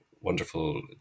wonderful